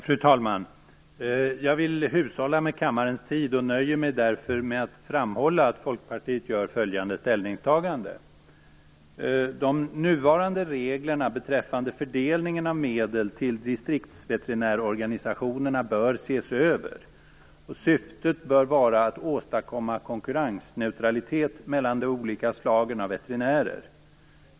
Fru talman! Jag vill hushålla med kammarens tid och nöjer mig därför med att framhålla att Folkpartiet gör följande ställningstagande: De nuvarande reglerna beträffande fördelningen av medel till distriktsveterinärorganisationerna bör ses över. Syftet bör vara att åstadkomma konkurrensneutralitet mellan de olika slagen av veterinärer.